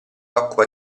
occupa